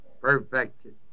Perfected